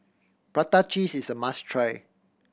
prata cheese is a must try